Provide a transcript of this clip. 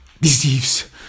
deceives